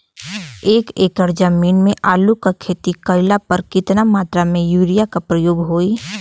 एक एकड़ जमीन में आलू क खेती कइला पर कितना मात्रा में यूरिया क प्रयोग होई?